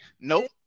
Nope